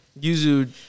Yuzu